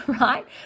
right